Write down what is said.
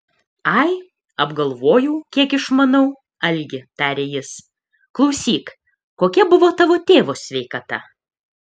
ai apgalvojau kiek išmanau algi tarė jis klausyk kokia buvo tavo tėvo sveikata